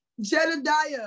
Jedediah